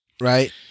right